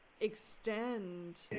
extend